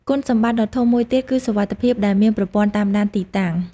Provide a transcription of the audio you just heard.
គុណសម្បត្តិដ៏ធំមួយទៀតគឺសុវត្ថិភាពដែលមានប្រព័ន្ធតាមដានទីតាំង។